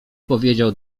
powiedział